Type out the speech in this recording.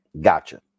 gotcha